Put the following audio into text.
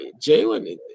Jalen